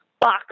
box